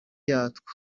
yatwo